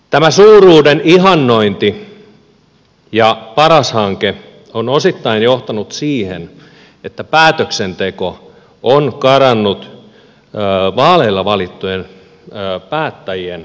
tämä suuruuden ihannointi ja paras hanke on osittain johtanut siihen että päätöksenteko on karannut vaaleilla valittujen päättäjien käsistä